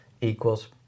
equals